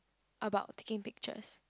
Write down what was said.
about taking pictures